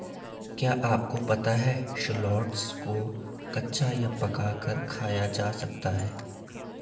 क्या आपको पता है शलोट्स को कच्चा या पकाकर खाया जा सकता है?